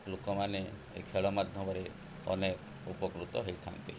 ଲୋକମାନେ ଏ ଖେଳ ମାଧ୍ୟମରେ ଅନେକ ଉପକୃତ ହେଇଥାନ୍ତି